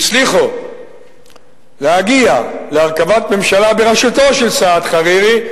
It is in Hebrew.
הצליחו להגיע להרכבת ממשלה בראשותו של סעד חרירי,